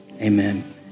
amen